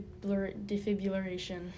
defibrillation